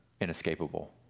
inescapable